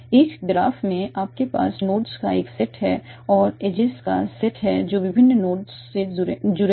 एक ग्राफ़ में आपके पास नोड्स का एक सेट है और एजेज का सेट है जो विभिन्न नोड्स से जुड़े हैं